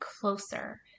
closer